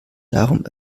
darum